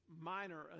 minor